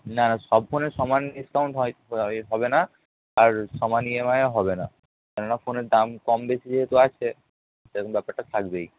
না না সব ফোনের সমান ডিসকাউন্ট হয় কি করে হবে এ হবে না আর সমান ইএমআই ও হবে না কেননা ফোনের দাম কম বেশি যেহেতু আছে সেরকম ব্যাপারটা থাকবেই